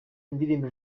indirimbo